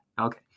Okay